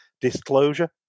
disclosure